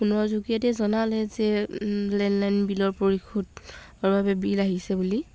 ফোনৰ যোগেদি জনালে যে লেণ্ডলাইন বিলৰ পৰিশোধৰ বাবে বিল আহিছে বুলি